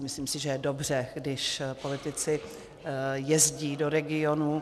Myslím si, že je dobře, když politici jezdí do regionů.